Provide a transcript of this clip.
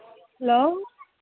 hello